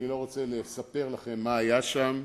אני לא רוצה לספר לכם מה היה שם,